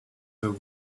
her